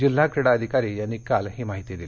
जिल्हा क्रीडा अधिकारी यांनी काल ही माहिती दिली